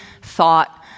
thought